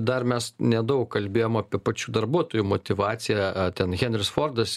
dar mes nedaug kalbėjom apie pačių darbuotojų motyvaciją a ten henris fordas